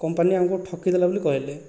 company ଆମକୁ ଠକି ଦେଲା ବୋଲି କହିଲେ